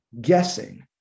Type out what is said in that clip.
guessing